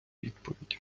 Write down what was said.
відповіді